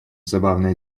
забавная